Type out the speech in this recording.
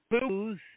booze